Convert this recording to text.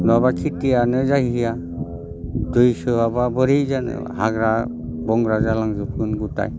नङाब्ला खिथियानो जाहैया दै सोआब्ला बोरै जानो हाग्रा बंग्रा जालांजोबगोन दा